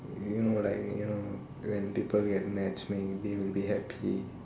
you know like you know when people get matched they will be happy